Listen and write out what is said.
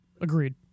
Agreed